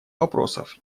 вопросов